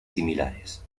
similares